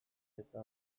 eta